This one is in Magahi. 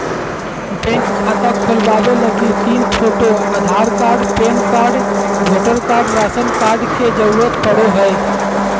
बैंक खाता खोलबावे लगी तीन photo, Aadhaar card, PAN card, voter card, ration card के जरूरत पड़ो हय